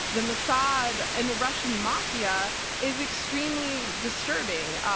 the mossad, and the russian mafia is extremely disturbing.